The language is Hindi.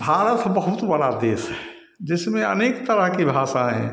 भारत बहुत बड़ा देश है जिसमें अनेक तरह की भाषाएँ हैं